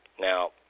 Now